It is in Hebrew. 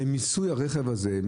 למיסוי הרכב הזה,